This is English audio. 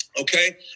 Okay